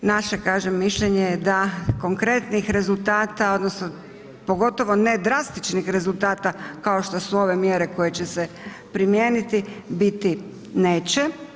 Naše kažem mišljenje je da konkretnih rezultata, odnosno pogotovo ne drastičnih rezultata kao što su ove mjere koje će se primijeniti biti neće.